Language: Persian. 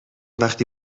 وقتی